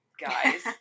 Guys